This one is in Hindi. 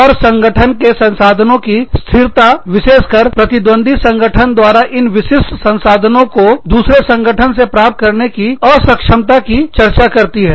और संगठन के संसाधनों की स्थिरता विशेष कर प्रतिद्वंदी संगठन द्वारा इन विशिष्ट संसाधनों को दूसरे संगठन से प्राप्त करने की असक्षमता की चर्चा करती है